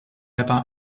about